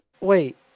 Wait